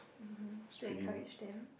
um to encourage them